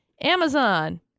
Amazon